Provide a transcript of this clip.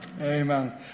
Amen